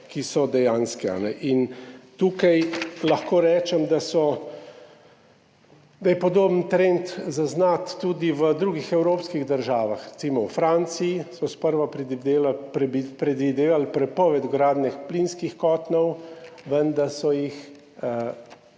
na dejanske razmere. Tukaj lahko rečem, da je podoben trend zaznati tudi v drugih evropskih državah. Recimo v Franciji so sprva predvidevali prepoved vgradnje plinskih kotlov, vendar so jo